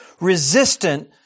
resistant